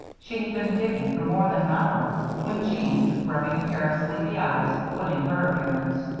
she had been digging for more than an hour when jean, rubbing a pair of sleepy eyes, put in her appearance.